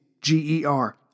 G-E-R